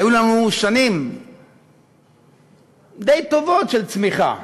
והיו לנו שנים די טובות של צמיחה,